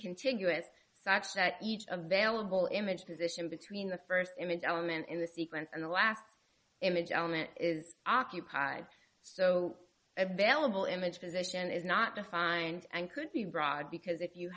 continuous such that each of bailable image position between the first image element in the sequence and the last image element is occupied so i belive the image position is not defined and could be broad because if you